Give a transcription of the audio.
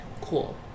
cool